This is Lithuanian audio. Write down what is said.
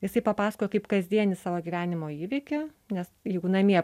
jisai papasakoja kaip kasdienį savo gyvenimo įvykį nes juk namie